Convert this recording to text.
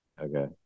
okay